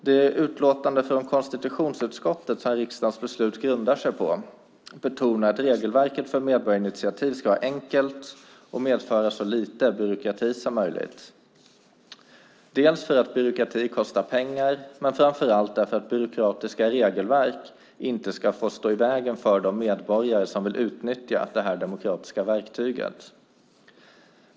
Det utlåtande från konstitutionsutskottet som riksdagens beslut grundar sig på betonar att regelverket för medborgarinitiativ ska vara enkelt och medföra så lite byråkrati som möjligt, dels för att byråkrati kostar pengar, dels - och framför allt - för att byråkratiska regelverk inte ska få stå i vägen för de medborgare som vill utnyttja detta demokratiska verktyg.